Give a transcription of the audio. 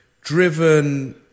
driven